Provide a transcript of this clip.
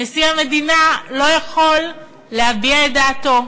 נשיא המדינה לא יכול להביע את דעתו.